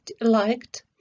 liked